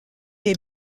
est